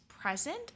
present